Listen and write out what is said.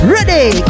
Ready